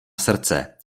srdce